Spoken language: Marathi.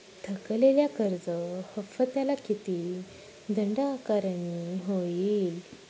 थकलेल्या कर्ज हफ्त्याला किती दंड आकारणी होईल?